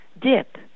dip